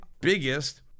biggest